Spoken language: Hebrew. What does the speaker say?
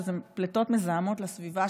שזה פליטות מזהמות לסביבה,